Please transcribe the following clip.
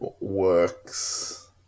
works